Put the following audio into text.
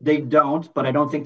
they don't but i don't think